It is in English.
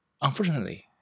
Unfortunately